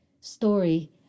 story